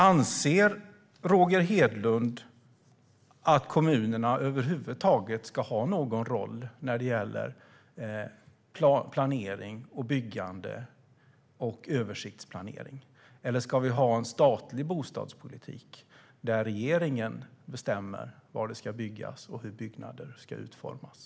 Anser Roger Hedlund att kommunerna ska ha någon roll över huvud taget när det gäller planering och byggande och översiktsplanering? Eller ska vi ha en statlig bostadspolitik där regeringen bestämmer var det ska byggas och hur byggnader ska utformas?